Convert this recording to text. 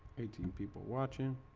eighteen people watching